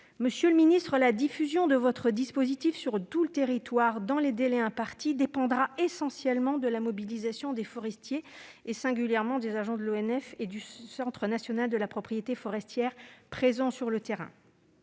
Monsieur le ministre, votre capacité à diffuser ce dispositif sur tout le territoire dans les délais impartis dépendra essentiellement de la mobilisation des forestiers, en particulier des agents de l'ONF et du Centre national de la propriété forestière (CNPF) présents sur le terrain.